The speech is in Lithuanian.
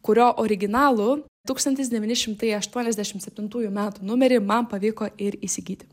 kurio originalų tūkstantis devyni šimtai aštuoniasdešimt septintųjų metų numerį man pavyko ir įsigyti